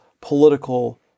political